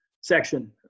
section